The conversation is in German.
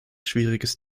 schwieriges